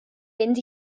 mynd